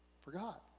Forgot